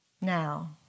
now